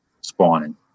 spawning